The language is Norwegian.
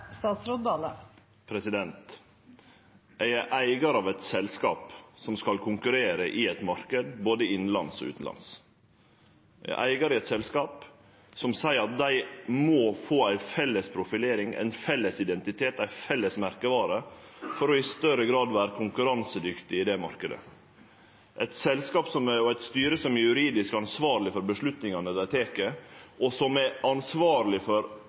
eigar av eit selskap som skal konkurrere i ein marknad både innanlands og utanlands. Eg er eigar i eit selskap som seier at dei må få ei felles profilering, ein felles identitet, ei felles merkevare for i større grad å vere konkurransedyktig i den marknaden, eit selskap og eit styre som er juridisk ansvarleg for avgjerdene dei tek, og som er ansvarleg for